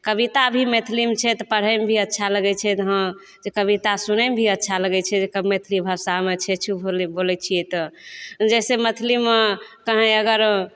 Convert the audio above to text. कबिता भी मैथिलीमे छै तऽ पढ़ैमे भी अच्छा लगै छै हँ जे कबिता सुनैमे भी अच्छा लगै छै मैथिली भाषामे छै छू बोलै छियै तऽ जैसे मैथिलीमे कहैं अगर